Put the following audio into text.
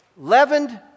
leavened